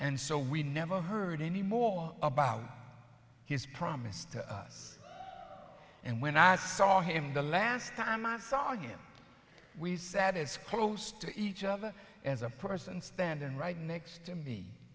and so we never heard any more about his promise to us and when i saw him the last time i saw him we sat is close to each other as a person standing right next to me